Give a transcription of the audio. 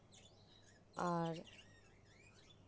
ᱟᱨ